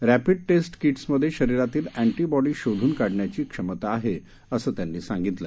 rapid test किट्समध्ये शरीरातील anti body शोधून काढण्याची क्षमता आहे असे त्यांनी सांगितले